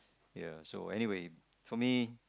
ya so anyway for me